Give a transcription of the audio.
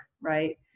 right